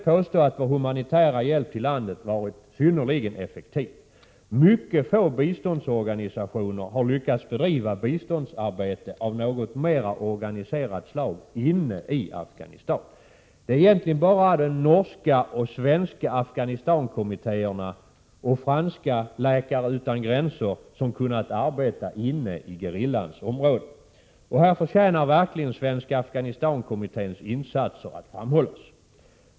påstå att vår humanitära hjälp till landet varit synnerligen effektiv. Mycket få biståndsorganisationer har lyckats bedriva biståndsarbete av något mera organiserat slag inne i Afghanistan. Det är egentligen bara den norska och den svenska Afghanistankommittén och den franska organisationen Läkare utan gränser som kunnat arbeta inne i gerillans områden. Här förtjänar verkligen Svenska Afghanistankommitténs insatser att framhållas.